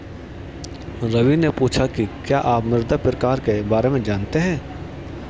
रवि ने पूछा कि क्या आप मृदा प्रकार के बारे में जानते है?